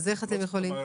אז איך אתם יכולים?